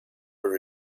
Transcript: would